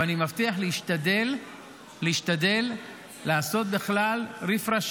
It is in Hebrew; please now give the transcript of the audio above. ואני מבטיח להשתדל לעשות בכלל ריפרש